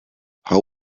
how